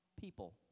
people